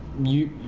you